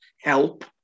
help